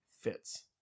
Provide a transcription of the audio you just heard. fits